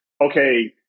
okay